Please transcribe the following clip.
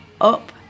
up